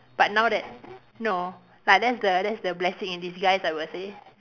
but now that no like that's the that's the blessing in disguise I would say